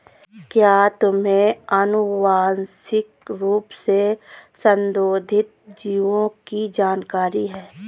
क्या तुम्हें आनुवंशिक रूप से संशोधित जीवों की जानकारी है?